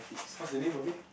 what's the name of it